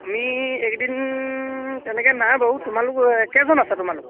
আমি এইকেইদিন তেনেকৈ নাই বাৰু তোমালোক কেইজন আছা তোমালোক